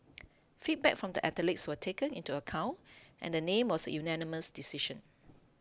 feedback from the athletes were taken into account and the name was a unanimous decision